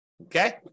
okay